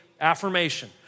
affirmation